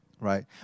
Right